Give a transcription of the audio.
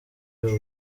ubwo